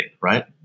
right